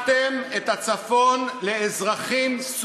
גם השרים מתחבאים.